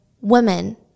women